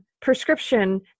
prescription